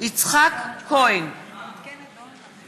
יצחק כהן, אינו נוכח